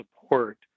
support